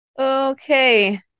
Okay